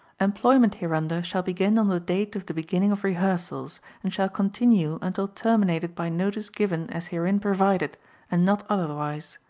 employment hereunder shall begin on the date of the beginning of rehearsals, and shall continue until terminated by notice given as herein provided and not otherwise.